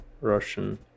Russian